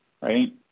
right